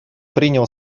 принял